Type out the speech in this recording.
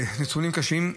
נתונים קשים.